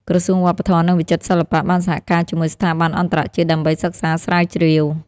ក្រសួងវប្បធម៌ និងវិចិត្រសិល្បៈ បានសហការជាមួយស្ថាប័នអន្តរជាតិដើម្បីសិក្សាស្រាវជ្រាវ។